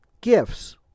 gifts